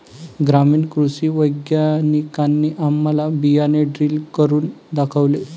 ग्रामीण कृषी वैज्ञानिकांनी आम्हाला बियाणे ड्रिल करून दाखवले